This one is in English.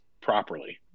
properly